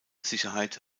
sicherheit